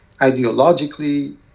ideologically